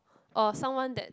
or someone that